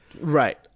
right